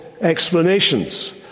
explanations